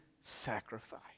sacrifice